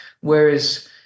Whereas